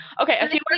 Okay